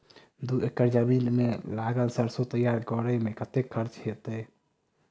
दू एकड़ जमीन मे लागल सैरसो तैयार करै मे कतेक खर्च हेतै?